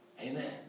Amen